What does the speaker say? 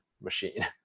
machine